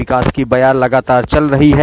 विकास की बयार लगातार चल रही है